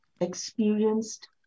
experienced